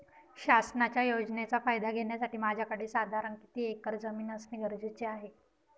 शासनाच्या योजनेचा फायदा घेण्यासाठी माझ्याकडे साधारण किती एकर जमीन असणे गरजेचे आहे?